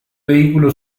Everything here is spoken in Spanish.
vehículo